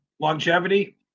longevity